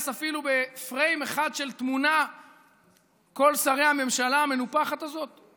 אפילו בפריים אחד של תמונה כל שרי הממשלה המנופחת הזאת.